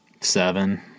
seven